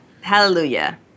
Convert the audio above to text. Hallelujah